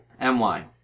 M-Y